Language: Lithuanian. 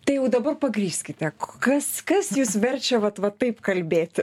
tai jau dabar pagrįskite k kas kas jus verčia vat va taip kalbėti